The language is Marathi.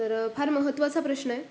तरं फार महत्वाचा प्रश्न आहे